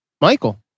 Michael